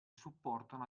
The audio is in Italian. supportano